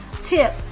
tip